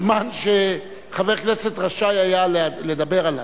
הזמן שחבר הכנסת רשאי היה לדבר עליו.